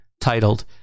titled